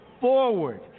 forward